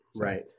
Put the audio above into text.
Right